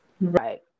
Right